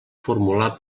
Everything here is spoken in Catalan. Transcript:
formular